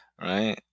right